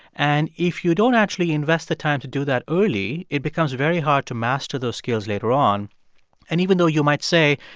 and if you don't actually invest the time to do that early, it becomes very hard to master those skills later on and even though you might say,